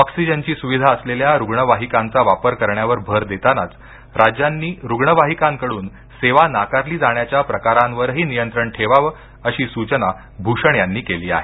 ऑक्सिजनची सुविधा असलेल्या रुग्णवाहिकांचा वापर करण्यावर भर देतानाच राज्यांनी रुग्णवाहिकांकडून सेवा नाकारली जाण्याच्या प्रकारांवरही नियंत्रण ठेवावं अशी सूचना भूषण यांनी केली आहे